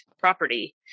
property